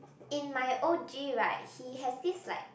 in my o_g right he has this like